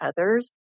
others